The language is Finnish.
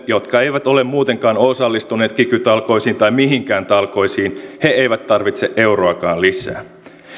jotka eivät ole muutenkaan osallistuneet kiky talkoisiin tai mihinkään talkoisiin eivät tarvitse euroakaan lisää